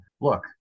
look